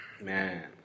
man